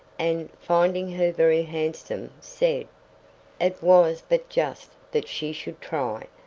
and, finding her very handsome, said it was but just that she should try,